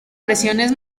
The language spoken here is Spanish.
presiones